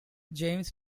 james